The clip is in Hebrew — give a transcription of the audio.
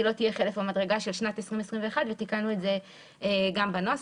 לא תהיה חלף המדרגה של שנת 2021 ותיקנו את זה גם בנוסח.